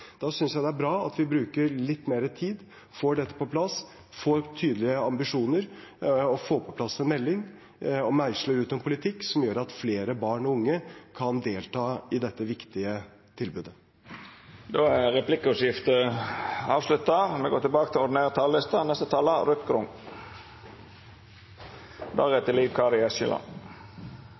Da synes jeg det er bra at vi bruker litt mer tid, får på plass en melding med tydelige ambisjoner, og så meisler ut en politikk som gjør at flere barn og unge kan delta i dette viktige tilbudet. Replikkordskiftet er avslutta. Det å se hele barnet, at det får utvikle sitt talent, er det mange innganger til. Kunst og